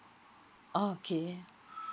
okay